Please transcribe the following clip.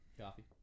Coffee